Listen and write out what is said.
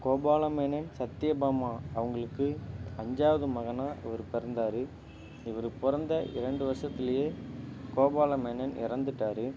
கோபால மேனன் சத்தியபாமா அவங்களுக்கு அஞ்சாவது மகனாக இவருப் பெறந்தார் இவர் பிறந்த இரண்டு வருஷத்துலையே கோபாலமேனன் இறந்துட்டாரு